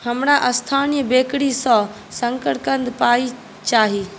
हमरा स्थानीय बेकरी सँ शङ्करकन्द पाई चाही